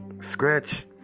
scratch